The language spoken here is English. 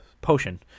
potion